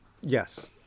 Yes